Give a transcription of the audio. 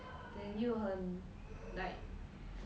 then 有很 like